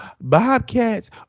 Bobcats